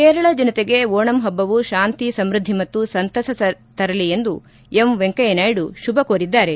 ಕೇರಳ ಜನತೆಗೆ ಓಣಂ ಹಬ್ಬವು ಶಾಂತಿ ಸಮೃದ್ದಿ ಮತ್ತು ಸಂತಸ ತರಲಿ ಎಂದು ಎಂ ವೆಂಕಯ್ದ ನಾಯ್ದು ಶುಭ ಕೋರಿದ್ದಾರೆ